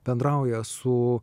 bendrauja su